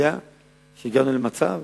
אני עושה את זה כשאני יודע שהגענו למצב